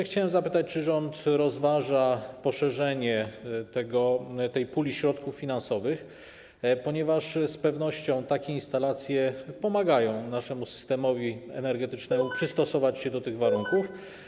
Chciałbym zapytać, czy rząd rozważa poszerzenie tej puli środków finansowych, ponieważ z pewnością takie instalacje pomagają naszemu systemowi energetycznemu przystosować się do tych warunków.